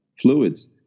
fluids